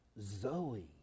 Zoe